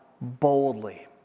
boldly